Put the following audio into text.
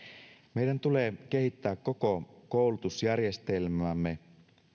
meidän tulee kehittää koko koulutusjärjestelmäämme